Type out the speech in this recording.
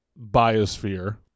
biosphere